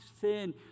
sin